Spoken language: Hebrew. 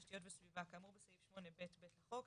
תשתיות וסביבה כאמור בסעיף 8ב(ב) לחוק,